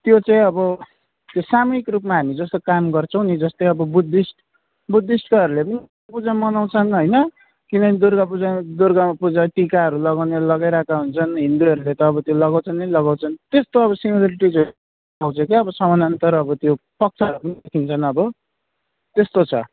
त्यो चाहिँ अब त्यो सामूहिक रूपमा हामी जस्तो काम गर्छौँ नि जस्तै अब बुद्धिस्ट बुद्धिस्टकोहरूले पनि दुर्गा पूजा मनाउछन् होइन किनभने दुर्गा पूजा दुर्गा पूजा टिकाहरू लगाउने लगाइरहेका हुन्छन् हिन्दूहरूले त अब त्यो लगाउँछन् नै लगाउँछन् त्यस्तो अब सिमिलरिटिजहरू पाउँछ क्या उब समानन्तर अब त्यो पक्षहरू भेटिन्छन् अब त्यस्तो छ